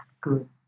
Good